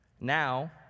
Now